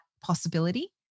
possibility